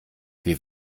wir